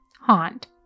haunt